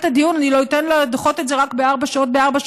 הדיון: אני לא אתן לדחות את זה בארבע שנים,